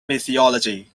mythology